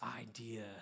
idea